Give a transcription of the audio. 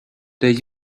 they